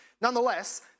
Nonetheless